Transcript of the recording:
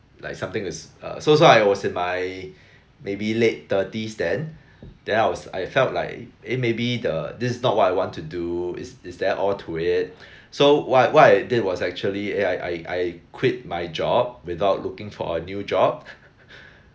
like something is uh so so I was in my maybe late thirties then then I was I felt eh maybe the this is not what I want to do is is that all to it so what I what I did was actually eh I I I quit my job without looking for a new job